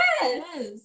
Yes